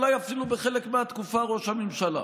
אולי אפילו בחלק מהתקופה ראש הממשלה.